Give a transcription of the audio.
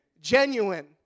Genuine